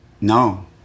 No